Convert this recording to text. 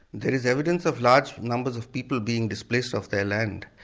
there is evidence of large numbers of people being displaced off their land.